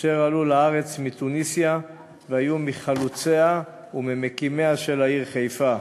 אשר עלו לארץ מתוניסיה והיו מחלוציה וממקימיה של העיר חיפה.